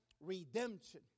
redemption